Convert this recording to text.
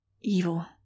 Evil